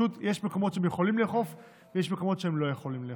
ופשוט יש מקומות שהם יכולים לאכוף ויש מקומות שהם לא יכולים לאכוף.